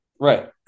Right